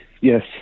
Yes